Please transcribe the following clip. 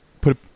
Put